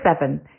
seven